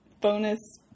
bonus